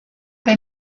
they